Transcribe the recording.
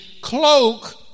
cloak